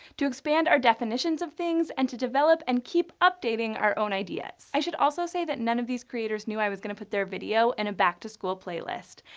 to expand our definitions of things, and to develop and keep updating our own ideas. i should also say that none of these creators knew i was going to put their video in and a back to school playlist,